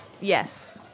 Yes